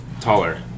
taller